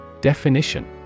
Definition